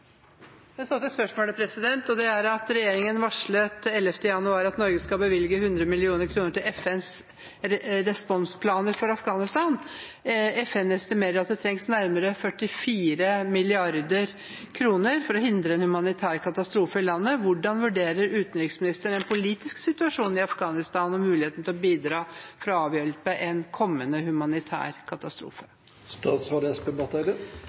jeg glede statsråden med at han nå skal få svare på et spørsmål som er planlagt til en annen statsråd – med henvisning til den muntlige spørretimen i dag! Så til spørsmålet: «Regjeringen varslet 11. januar at Norge skal bevilge 100 mill. kr til FNs responsplaner for Afghanistan. FN estimerer at det trengs nærmere 44 mrd. kr for å hindre en humanitær katastrofe i landet. Hvordan vurderer utenriksministeren den politiske situasjonen i Afghanistan og muligheten